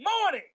morning